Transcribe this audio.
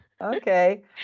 okay